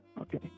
okay